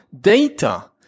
data